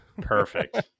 Perfect